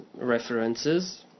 references